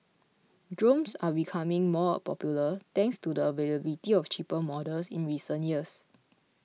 drones are becoming more popular thanks to the availability of cheaper models in recent years